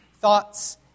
thoughts